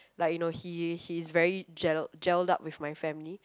like you know he he is very gel gelled up with my family